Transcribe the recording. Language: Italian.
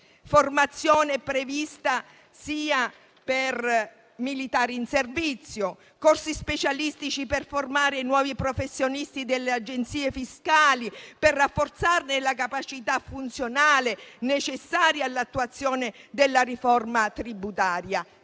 formazione per militari in servizio, corsi specialistici per formare i nuovi professionisti delle agenzie fiscali e per rafforzarne la capacità funzionale necessaria all'attuazione della riforma tributaria.